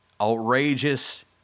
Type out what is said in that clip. outrageous